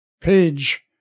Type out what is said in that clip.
page